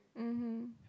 mmhmm